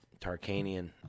Tarkanian